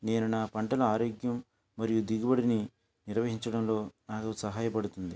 నేను నా పంటను ఆరోగ్యం మరియు దిగుబడిని నిర్వహించడంలో నాకు సహాయ పడుతుంది